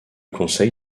conseil